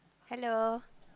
hello